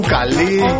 Kali